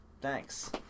thanks